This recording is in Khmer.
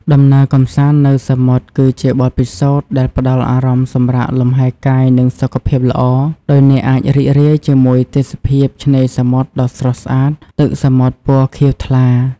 ដំណើរកំសាន្តនៅសមុទ្រ គឺជាបទពិសោធន៍ដែលផ្តល់អារម្មណ៍សម្រាកលំហែកាយ និងសុខភាពល្អ ដោយអ្នកអាចរីករាយជាមួយទេសភាពឆ្នេរសមុទ្រដ៏ស្រស់ ស្អាត ទឹកសមុទ្រពណ៌ខៀវថ្លា។